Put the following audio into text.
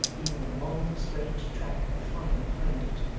leaving a long straight track of fire behind it.